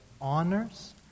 honors